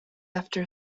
after